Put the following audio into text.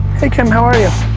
hey kim, how are you?